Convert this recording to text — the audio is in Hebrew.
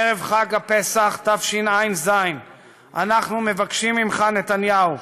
ערב חג הפסח תשע"ז אנחנו מבקשים ממך, נתניהו: